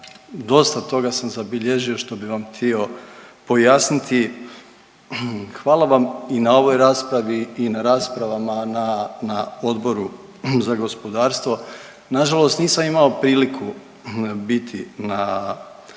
dosta toga sam zabilježio što bi vam htio pojasniti. Hvala vam i na ovoj raspravi i na raspravama na Odboru za gospodarstvo. Nažalost nisam imao priliku biti na